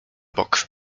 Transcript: bok